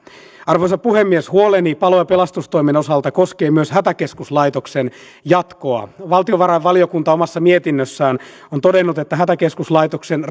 arvoisa puhemies huoleni palo ja pelastustoimen osalta koskee myös hätäkeskuslaitoksen jatkoa valtiovarainvaliokunta omassa mietinnössään on todennut että hätäkeskuslaitoksen